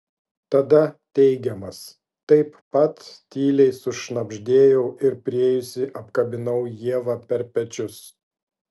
tada teigiamas taip pat tyliai sušnabždėjau ir priėjusi apkabinau ievą per pečius